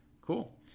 Cool